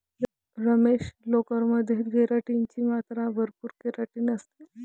रमेश, लोकर मध्ये केराटिन ची मात्रा भरपूर केराटिन असते